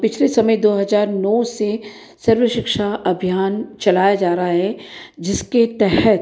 पिछले समय दो हज़ार नौ से सर्व शिक्षा अभियान चलाया जा रहा है जिसके तहत